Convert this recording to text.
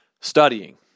Studying